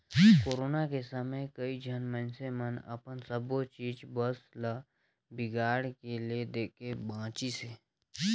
corona के समे कइझन मइनसे मन अपन सबो चीच बस ल बिगाड़ के ले देके बांचिसें